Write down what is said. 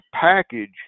package